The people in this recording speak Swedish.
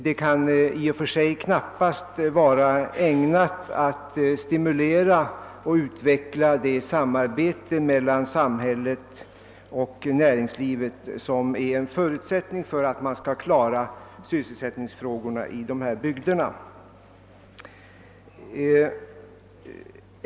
Den kan i och för sig knappast vara ägnad att stimulera och utveckla det samarbete mellan samhället och näringslivet, som är en förutsättning för att man skall klara sysselsättningsfrågorna i dessa bygder.